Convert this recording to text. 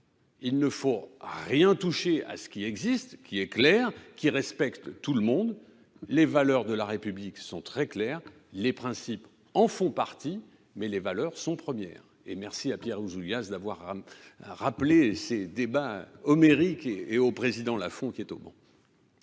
Il ne faut rien toucher à ce qui existe, qui est clair, qui respecte tout le monde. Les valeurs de la République sont très claires, les principes en font partie, mais les valeurs sont premières. Et merci à Pierre Ouzoulias d'avoir rappelé ces débats aux mairies et aux présidents Lafond qui est au banc.